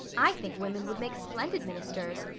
i think women would make splendid ministers.